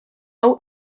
hau